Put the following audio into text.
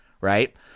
Right